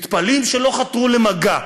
מתפלאים שלא חתרו למגע,